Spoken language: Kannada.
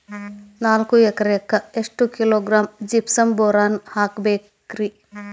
ನಾಲ್ಕು ಎಕರೆಕ್ಕ ಎಷ್ಟು ಕಿಲೋಗ್ರಾಂ ಜಿಪ್ಸಮ್ ಬೋರಾನ್ ಹಾಕಬೇಕು ರಿ?